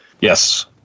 Yes